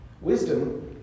Wisdom